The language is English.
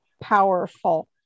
powerful